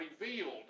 revealed